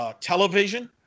television